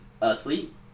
asleep